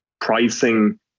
pricing